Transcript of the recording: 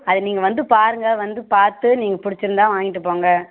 அது நீங்கள் வந்து பாருங்க வந்து பார்த்து நீங் பிடிச்சிருந்தா வாங்கிட்டு போங்க